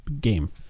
game